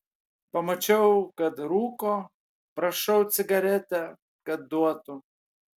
pamačiau kad rūko prašau cigaretę kad duotų